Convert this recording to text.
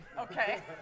Okay